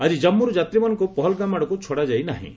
ଆଜି ଜମ୍ମରୁ ଯାତ୍ରୀମାନଙ୍କୁ ପହଲ୍ଗାମ୍ ଆଡ଼କୁ ଛଡ଼ାଯାଇ ନାହିଁ